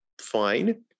Fine